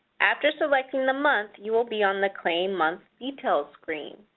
after selecting the month, you will be on the claim month details screen.